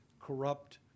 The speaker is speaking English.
corrupt